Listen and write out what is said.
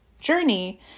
journey